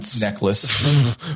necklace